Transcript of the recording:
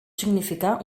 significar